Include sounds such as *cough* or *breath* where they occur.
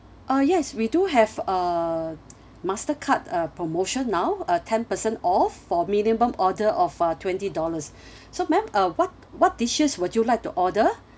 uh yes we do have a mastercard uh promotion now uh ten percent off for minimum order of uh twenty dollars *breath* so ma'am uh what what dishes would you like to order